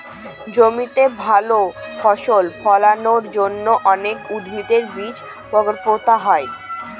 জমিতে ভালো ফসল ফলানোর জন্য অনেক উদ্ভিদের বীজ পোতা হয়